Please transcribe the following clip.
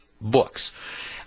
books